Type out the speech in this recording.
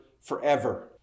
forever